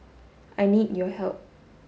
I need your help